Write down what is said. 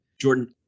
Jordan